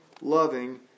loving